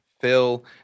Phil